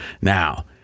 Now